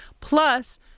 plus